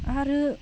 आरो